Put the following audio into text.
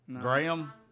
Graham